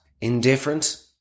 Indifferent